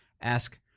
Ask